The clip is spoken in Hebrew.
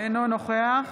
אינו נוכח